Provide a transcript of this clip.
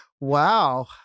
Wow